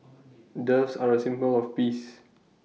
doves are A symbol of peace